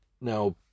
Now